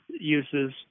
uses